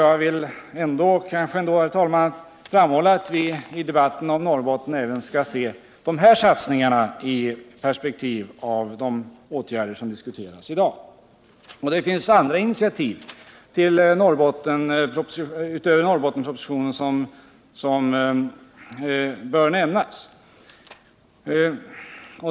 Jag vill ändå, herr talman, framhålla att vi i debatten om Norrbotten även skall se dessa satsningar i perspektivet av de åtgärder som diskuteras i dag. Det finns andra initiativ utöver Norrbottenspropositionen som bör nämnas.